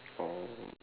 oh